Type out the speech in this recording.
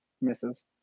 Misses